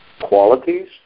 qualities